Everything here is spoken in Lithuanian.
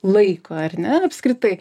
laiko ar ne apskritai